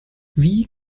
wie